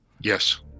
Yes